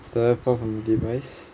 select file from device